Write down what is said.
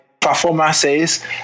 performances